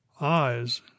eyes